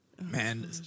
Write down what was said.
Man